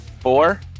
four